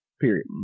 Period